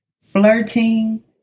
flirting